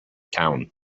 town